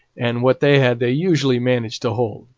and what they had they usually managed to hold,